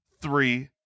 three